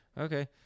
okay